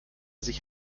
sich